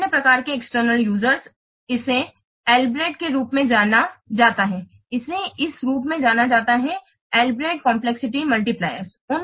विभिन्न प्रकार के एक्सटर्नल यूजरस इसे अल्ब्रेक्ट के रूप में जाना जाता है इन्हें इस रूप में जाना जाता है अल्ब्रेक्ट जटिलता गुणक